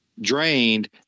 drained